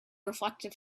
reflected